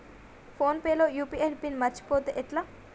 Phone pay లో UPI PIN మరచిపోతే ఎట్లా?